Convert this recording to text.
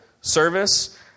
Service